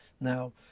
Now